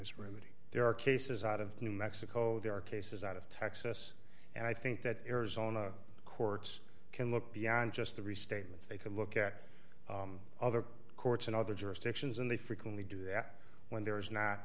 as there are cases out of new mexico there are cases out of texas and i think that arizona courts can look beyond just the restatements they can look at other courts in other jurisdictions and they frequently do that when there is not